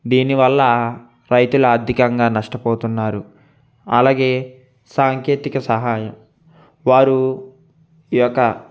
దీనివల్ల రైతుల ఆర్థికంగా నష్టపోతున్నారు అలాగే సాంకేతిక సహాయం వారు ఈ యొక్క